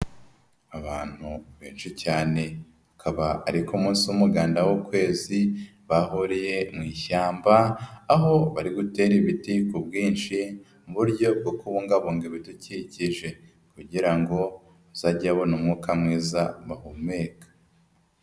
Abantu benshi cyane akaba ariko munsi w'umuganda w'u kwezi bahuriye mu ishyamba aho bari gutera ibiti ku bwinshi mu buryo bwo kubungabunga ibidukikije kugira ngo bazage babona umwuka mwiza bahumeka.